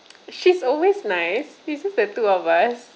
she's always nice it's just the two of us